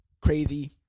Crazy